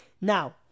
Now